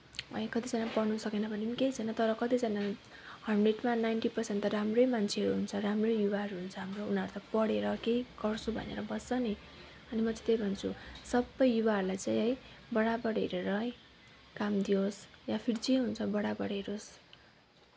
अनि कतिजना पढन सकेन भने पनि केही छैन तर कतिजना हन्ड्रेडमा नाइन्टि पर्सेन्ट त राम्रै मान्छेहरू हुन्छ राम्रै युवाहरू हुन्छ हाम्रो उनीहरू त पढेर केही गर्छु भनेर बस्छ नि अनि म चाहिँ त्यही भन्छु सबै युवाहरूलाई चाहिँ है बराबर हेरेर है काम दियोस् या फिर जे हुन्छ बराबर हेरोस्